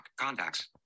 Contacts